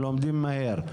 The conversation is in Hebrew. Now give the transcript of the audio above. לומדים מהר,